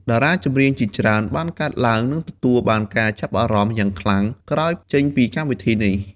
តារាចម្រៀងជាច្រើនបានកើតឡើងនិងទទួលបានការចាប់អារម្មណ៍យ៉ាងខ្លាំងក្រោយចេញពីកម្មវិធីនេះ។